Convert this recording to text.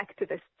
activists